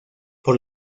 por